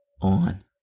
on